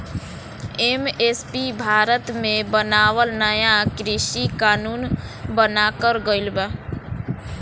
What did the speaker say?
MSP Bharat मे बनावल नाया कृषि कानून बनाकर गइल बा